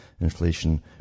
Inflation